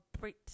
Brit